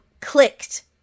clicked